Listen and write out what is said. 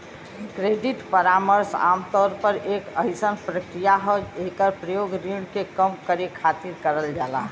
credit परामर्श आमतौर पर एक अइसन प्रक्रिया हौ एकर प्रयोग ऋण के कम करे खातिर करल जाला